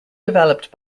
developed